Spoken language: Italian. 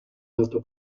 alto